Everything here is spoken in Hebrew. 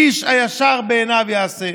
איש הישר בעיניו יעשה".